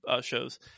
shows